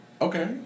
Okay